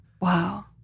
Wow